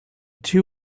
two